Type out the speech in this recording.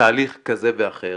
בתהליך כזה ואחר,